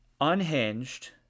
unhinged